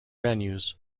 venues